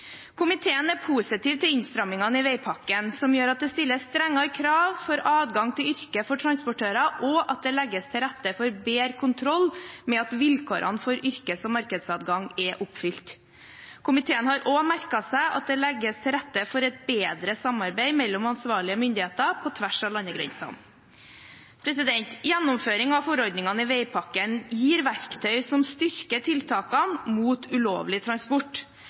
Komiteen er positiv til innstrammingene i veipakken, som gjør at det stilles strengere krav for adgang til yrket for transportører, og at det legges til rette for bedre kontroll med at vilkårene for yrkes- og markedsadgang er oppfylt. Komiteen har også merket seg at det legges til rette for et bedre samarbeid mellom ansvarlige myndigheter på tvers av landegrensene. Gjennomføring av forordningene i veipakken gir verktøy som styrker tiltakene mot ulovlig transport.